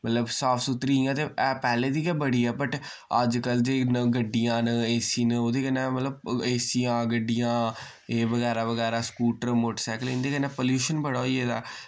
मतलब साफ सुथरी इय्यां ते है पैह्ले दी गै बड़ी ऐ बट अज्जकल जेह्ड़े गड्डियां न ऐसी न उ'दे कन्नै मतलब ऐसियां गड्डियां एह् वगैरा वगैरा स्कूटर मोटरसैकल इन्दे कन्नै पोल्लुशन बड़ा होई गेदा ऐ